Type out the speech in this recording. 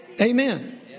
Amen